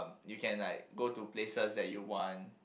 you can like go to places that you want